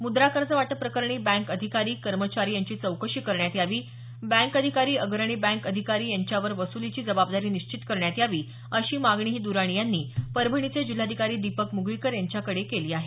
मुद्रा कर्ज वाटप प्रकरणी बँक अधिकारी कर्मचारी यांची चौकशी करण्यात यावी बँक अधिकारी अग्रणी बँक अधिकारी यांच्यावर वसुलीची जबाबदारी निश्चित करण्यात यावी अशी मागणीही दर्राणी यांनी परभणीचे जिल्हाधिकारी दीपक मुगळीकर यांच्याकडे केली आहे